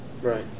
Right